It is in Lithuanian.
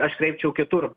aš kreipčiau kitur